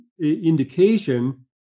indication